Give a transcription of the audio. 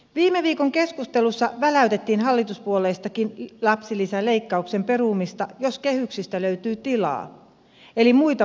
viime viikon keskustelussa väläytettiin hallituspuolueistakin lapsilisäleikkauksen perumista jos kehyksistä löytyy tilaa eli muita vastaavansuuruisia säästöjä